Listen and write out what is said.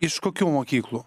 iš kokių mokyklų